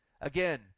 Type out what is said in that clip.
again